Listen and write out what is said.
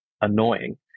annoying